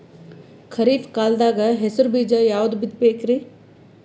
ಖರೀಪ್ ಕಾಲದಾಗ ಹೆಸರು ಬೀಜ ಯಾವದು ಬಿತ್ ಬೇಕರಿ?